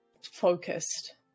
focused